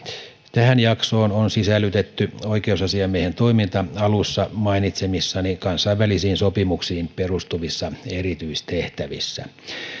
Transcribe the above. tähän jaksoon on sisällytetty oikeusasiamiehen toiminta alussa mainitsemissani kansainvälisiin sopimuksiin perustuvissa erityistehtävissä